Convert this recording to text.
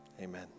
Amen